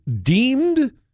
deemed